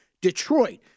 Detroit